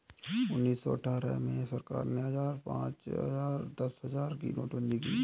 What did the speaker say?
उन्नीस सौ अठहत्तर में सरकार ने हजार, पांच हजार, दस हजार की नोटबंदी की